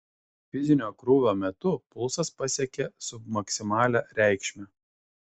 fizinio krūvio metu pulsas pasiekė submaksimalią reikšmę